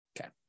Okay